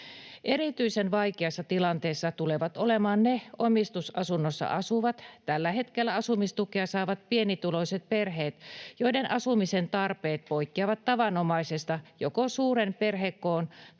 Erityisen vaikeassa tilanteessa tulevat olemaan ne omistusasunnossa asuvat, tällä hetkellä asumistukea saavat pienituloiset perheet, joiden asumisen tarpeet poikkeavat tavanomaisesta joko suuren perhekoon